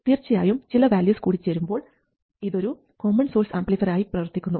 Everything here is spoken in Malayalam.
തീർച്ചയായും ചില വാല്യൂസ് കൂടിച്ചേരുമ്പോൾ ഇത് ഒരു കോമൺ സോഴ്സ് ആംപ്ലിഫയർ ആയി പ്രവർത്തിക്കുന്നു